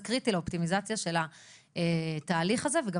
זה קריטי לאופטימיזציה של התהליך הזה וגם